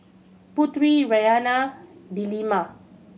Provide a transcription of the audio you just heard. Putri Raihana and Delima